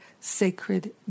SACRED